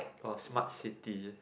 oh smart city